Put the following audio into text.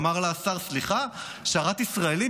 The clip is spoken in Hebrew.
אמר לה השר: סליחה, שרת ישראלי?